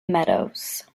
meadows